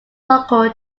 local